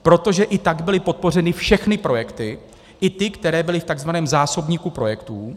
Protože i tak byly podpořeny všechny projekty, i ty, které byly v tzv. zásobníku projektů.